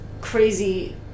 crazy